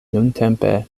nuntempe